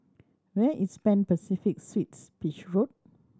where is Pan Pacific Suites Beach Road